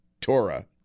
Torah